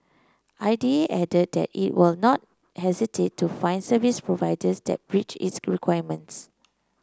I D A added that it will not hesitate to fine service providers that breach its requirements